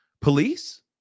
police